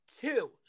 two